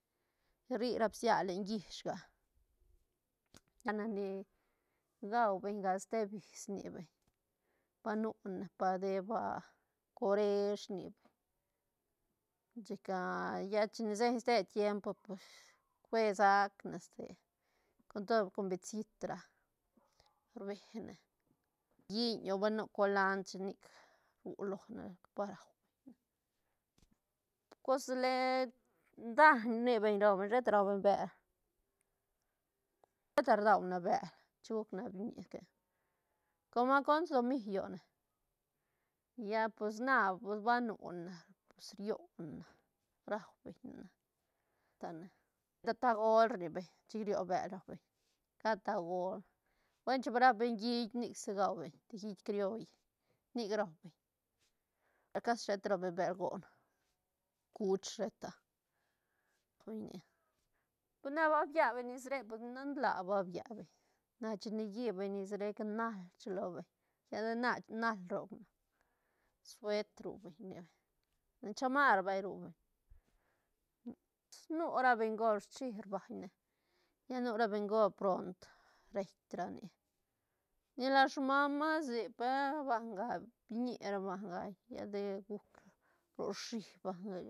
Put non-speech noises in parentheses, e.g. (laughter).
Rri ra bsia len llish ga na ni gua beñga ste bis rni beñ ba nu ne pa deeb (hesitation) coresh rni beñ chic (hesitation) lla chine señ ste tiempo (noise) pues cue sacne ste contod con betsit ra (noise) rbe ne lliñ o va nu colandr chic ru lone va rau beñ cos len daiñ rni beñ rau beñ sheta rau beñ bel sheta rdaune bel chin gucne biñi que com conda dopni llone lla pos na pos va nu ne na pues rione na rau beñ ne na tane ta tagol rni beñ chic rllio bel rau beñ cat tagol buen chin va rap beñ hiit nic si guabeñ te hiit crioll nic rau beñ cashi sheta rau beñ bel goon chuch sheta (unintelligible) pues na ba bian beñ nes re pues nan laa ba bian beñ na chine lli beñ nes rec nal rchilo beñ lla de na nal roc na suetr ru beñ ne len chamar vay ru beñ pues nu ra bengol schi bañ ne lla nu ra bengol pront reit ra nic ni la smama sic pe banga biñi ra banga de juc ro ship banga.